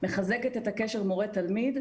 מחזקת את הקשר מורה-תלמיד,